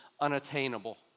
unattainable